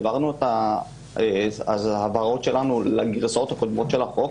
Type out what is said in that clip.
העברנו את ההבהרות שלנו לגרסאות הקודמות של החוק.